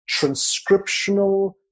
transcriptional